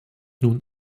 nun